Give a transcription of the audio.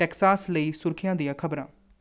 Texas ਲਈ ਸੁਰਖੀਆਂ ਦੀਆਂ ਖ਼ਬਰਾਂ